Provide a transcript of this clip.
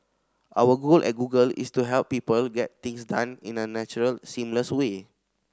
our goal at Google is to help people get things done in a natural seamless way